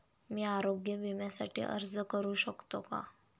मी आरोग्य विम्यासाठी अर्ज करू शकतो का?